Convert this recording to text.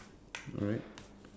alright